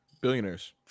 billionaires